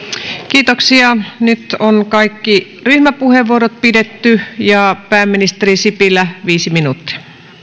kiitoksia nyt on kaikki ryhmäpuheenvuorot pidetty ja pääministeri sipilä viisi minuuttia